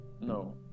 no